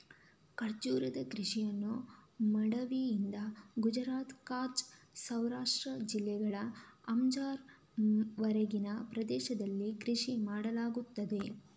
ಖರ್ಜೂರದ ಕೃಷಿಯನ್ನು ಮಾಂಡವಿಯಿಂದ ಗುಜರಾತ್ನ ಕಚ್ ಸೌರಾಷ್ಟ್ರ ಜಿಲ್ಲೆಗಳ ಅಂಜಾರ್ ವರೆಗಿನ ಪ್ರದೇಶದಲ್ಲಿ ಕೃಷಿ ಮಾಡಲಾಗುತ್ತದೆ